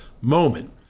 moment